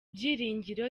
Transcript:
byiringiro